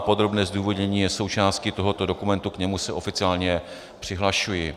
Podrobné zdůvodnění je součástí tohoto dokumentu, k němu se oficiálně přihlašuji.